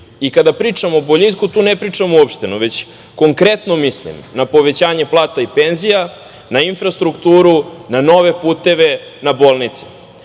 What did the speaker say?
pričamo o boljitku tu ne pričamo uopšteno, već konkretno mislim na povećanje plata i penzija, na infrastrukturu, na nove puteve, na bolnice.